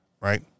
right